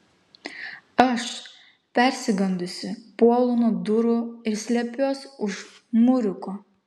aš persigandusi puolu nuo durų ir slepiuos už mūriuko